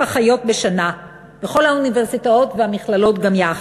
אחיות בשנה בכל האוניברסיטאות והמכללות גם יחד.